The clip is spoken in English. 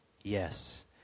Yes